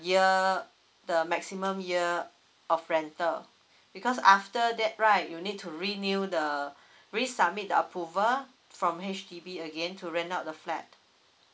year the maximum year of rental because after that right you need to renew the resubmit the approval from H_D_B again to rent out the flat